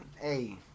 Hey